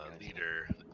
leader